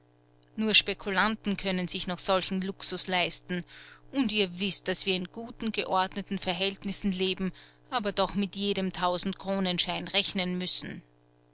nur spekulanten können sich noch solchen luxus leisten und ihr wißt daß wir in guten geordneten verhältnissen leben aber doch mit jedem tausendkronenschein rechnen müssen